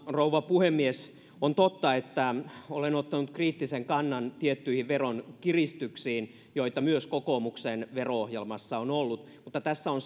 rouva puhemies on totta että olen ottanut kriittisen kannan tiettyihin veronkiristyksiin joita myös kokoomuksen vero ohjelmassa on ollut mutta tässä on